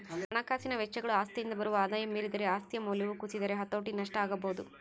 ಹಣಕಾಸಿನ ವೆಚ್ಚಗಳು ಆಸ್ತಿಯಿಂದ ಬರುವ ಆದಾಯ ಮೀರಿದರೆ ಆಸ್ತಿಯ ಮೌಲ್ಯವು ಕುಸಿದರೆ ಹತೋಟಿ ನಷ್ಟ ಆಗಬೊದು